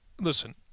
listen